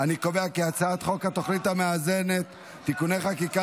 הצעת חוק התוכנית המאזנת (תיקוני חקיקה